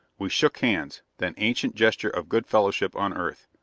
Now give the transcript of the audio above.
we shook hands, that ancient gesture of good-fellowship on earth.